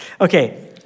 Okay